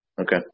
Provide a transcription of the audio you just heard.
Okay